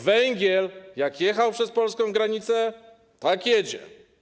Węgiel jak jechał przez polską granicę, tak jedzie.